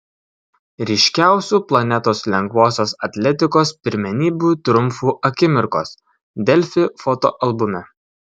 ryškiausių planetos lengvosios atletikos pirmenybių triumfų akimirkos delfi fotoalbume